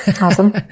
Awesome